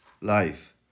life